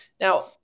Now